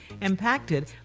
impacted